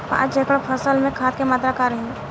पाँच एकड़ फसल में खाद के मात्रा का रही?